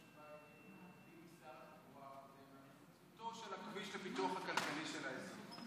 הפיתוח של הכביש זה הפיתוח הכלכלי של האזור.